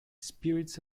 spirits